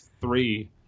three